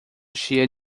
cheia